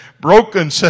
broken